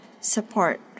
support